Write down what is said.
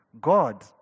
God